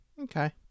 Okay